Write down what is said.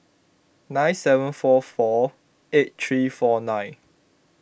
nine seven four four eight three four nine